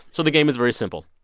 so the game is very simple.